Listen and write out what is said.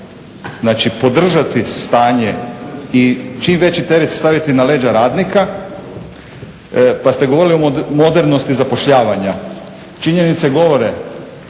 znači podržati stanje i čim veći teret staviti na leđa radnika, pa ste govorili o modernosti zapošljavanja. Činjenice govore